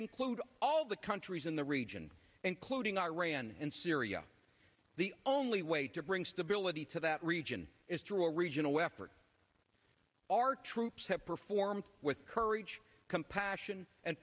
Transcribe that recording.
include all the countries in the region including iran and syria the only way to bring stability to that region is through a regional effort our troops have performed with courage compassion and